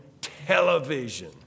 television